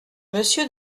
monsieur